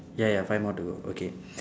ya ya five more to go okay